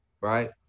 right